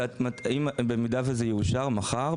במידה וזה יאושר מחר,